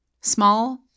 small